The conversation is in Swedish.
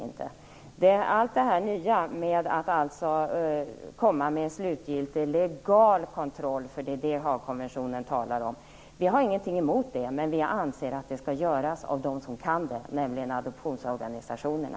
Vi har inget emot det nya som gäller en slutgiltig legal kontroll - det är ju det som Haagkonventionen talar om - men vi anser att den skall göras av dem som kan det, nämligen av adoptionsorganisationerna.